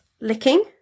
licking